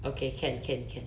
okay can can can